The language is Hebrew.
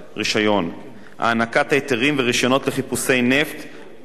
מתן היתרים ורשיונות לחיפוש נפט ולהפקתו ועוד.